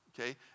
okay